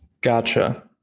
gotcha